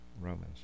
Romans